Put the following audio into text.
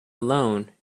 alone